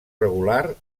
regular